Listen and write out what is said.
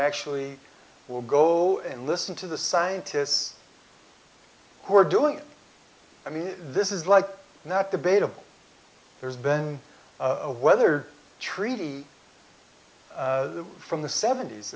actually will go and listen to the scientists who are doing it i mean this is like not debatable there's been a weather treaty from the sevent